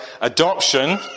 adoption